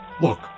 Look